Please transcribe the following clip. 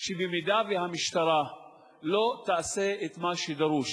שאם המשטרה לא תעשה את מה שדרוש